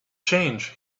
change